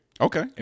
Okay